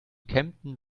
kempten